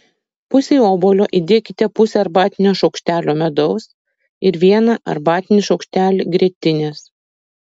pusei obuolio įdėkite pusę arbatinio šaukštelio medaus ir vieną arbatinį šaukštelį grietinės